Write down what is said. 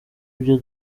ibyo